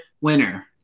Winner